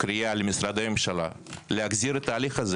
קריאה למשרדי הממשלה להחזיר את ההליך הזה